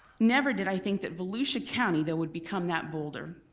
never did i think that volusia county, though, would become that boulder.